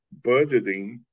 budgeting